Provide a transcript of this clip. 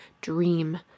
dream